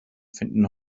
finden